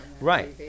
right